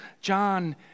John